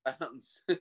bounce